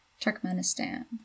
Turkmenistan